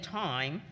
time